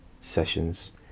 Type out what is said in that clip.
sessions